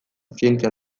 zientzia